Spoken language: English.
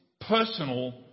personal